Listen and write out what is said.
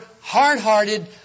hard-hearted